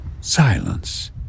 Silence